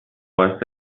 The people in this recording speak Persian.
باعث